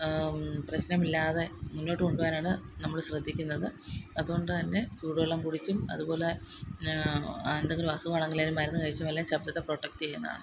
പ്രശ്നമില്ലാതെ മുന്നോട്ട് കൊണ്ട് പോകാനാണ് നമ്മൾ ശ്രദ്ധിക്കുന്നത് അതുകൊണ്ട് തന്നെ ചൂട് വെള്ളം കുടിച്ചും അതുപോലെ എന്തെങ്കിലും അസുഖാണങ്കിലയിന് മരുന്ന് കഴിച്ച് മെല്ലെ ശബ്ദത്തെ പ്രൊട്ടക്റ്റ് ചെയ്യുന്നതാണ്